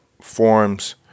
forms